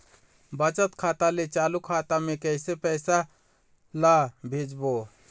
बचत खाता ले चालू खाता मे कैसे पैसा ला भेजबो?